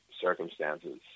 circumstances